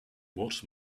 what